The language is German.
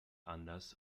anders